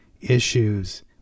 issues